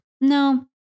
No